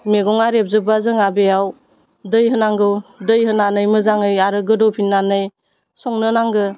मैगङा रेबजोब्बा जोंहा बेयाव दै होनांगौ दै होनानै मोजाङै आरो गोदौहोफिन्नानै संनो नांगो